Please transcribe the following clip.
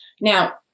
Now